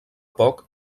poc